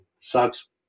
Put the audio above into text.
sucks